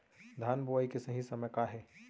धान बोआई के सही समय का हे?